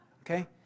Okay